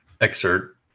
excerpt